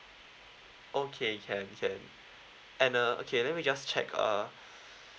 okay can can and uh okay let me just check uh